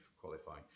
qualifying